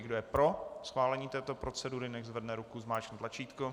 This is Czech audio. Kdo je pro schválení této procedury, nechť zvedne ruku, zmáčkne tlačítko.